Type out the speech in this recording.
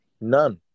none